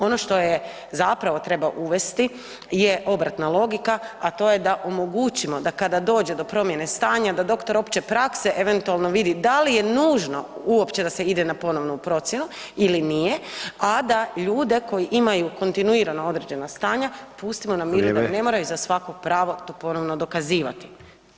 Ono što je zapravo treba uvesti je obratna logika, a to je da omogućimo da kada dođe do promjene stanja da doktor opće prakse eventualno vidi da li je nužno uopće da se ide na ponovnu procjenu ili nije, a da ljude koji imaju kontinuirano određena stanja pustimo na miru [[Upadica: Vrijeme.]] da ne moraju za svako pravo to ponovno dokazivati.